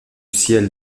ciel